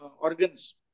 organs